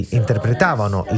interpretavano